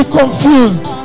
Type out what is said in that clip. confused